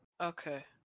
Okay